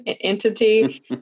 entity